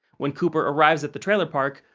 when cooper arrives at the trailer park,